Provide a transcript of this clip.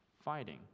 fighting